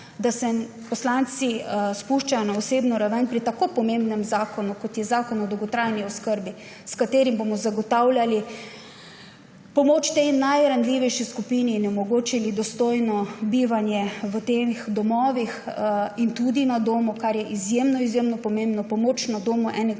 da se poslanci spuščajo na osebno raven pri tako pomembnem zakonu, kot je zakon o dolgotrajni oskrbi, s katerim bomo zagotavljali pomoč tej najranljivejši skupini in omogočili dostojno bivanje v teh domovih in tudi na domu, kar je izjemno, izjemno pomembno. Pomoč na domu je ena